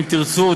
אם תרצו,